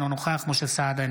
אינו נוכח משה סעדה,